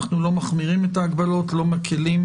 אנחנו לא מחמירים את ההגבלות ולא מקלים.